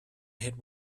hit